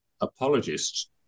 apologists